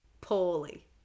Poorly